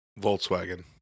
Volkswagen